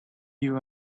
you